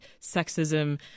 sexism